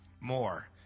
More